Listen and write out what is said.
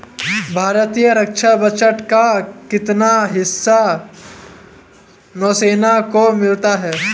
भारतीय रक्षा बजट का कितना हिस्सा नौसेना को मिलता है?